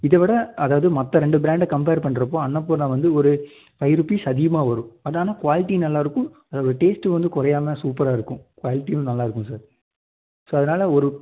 இதை விட அதாவது மற்ற ரெண்டு பிராண்டை கம்ப்பேர் பண்ணுறப்ப அன்னபூர்ணா வந்து ஒரு ஃபைவ் ருப்பீஸ் அதிகமாக வரும் அது ஆனால் குவாலிட்டி நல்லா இருக்கும் அதோடய டேஸ்ட் வந்து குறையாம சூப்பராக இருக்கும் குவாலிட்டியும் நல்லா இருக்கும் சார் ஸோ அதனால் ஒரு